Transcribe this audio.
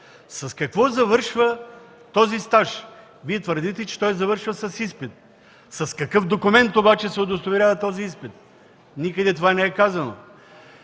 С какво завършва този стаж? Вие твърдите, че той завършва с изпит. С какъв документ обаче се удостоверява този изпит? Никъде това не е казано.